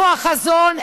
איפה החזון?